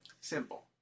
Simple